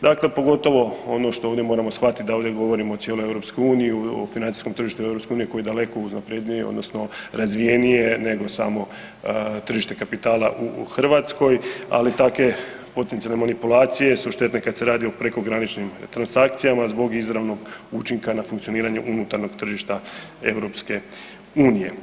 Dakle, pogotovo ono što ovdje moramo shvatit da ovdje govorimo o cijeloj EU, o financijskom tržištu u EU koje je daleko naprednije odnosno razvijenije nego samo tržište kapitala u Hrvatskoj, ali takve potencijalne manipulacije su štetne kad se radi o prekograničnim transakcijama zbog izravnog učinka na funkcioniranje unutarnjeg tržišta EU.